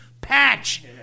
patch